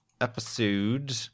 episode